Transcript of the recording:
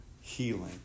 healing